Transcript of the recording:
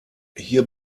hier